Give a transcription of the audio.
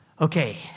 Okay